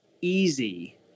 easy